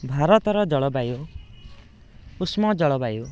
ଭାରତର ଜଳବାୟୁ ଉଷ୍ଣ ଜଳବାୟୁ